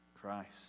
Christ